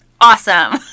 Awesome